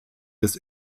des